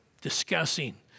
discussing